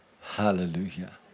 Hallelujah